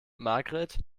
margret